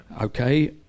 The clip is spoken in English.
okay